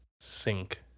sink